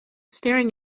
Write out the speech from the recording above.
staring